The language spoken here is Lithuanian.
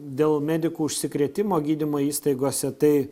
dėl medikų užsikrėtimo gydymo įstaigose tai